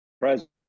president